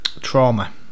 trauma